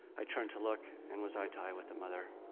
i turned to look, and was eye-to-eye with the mother.